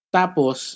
tapos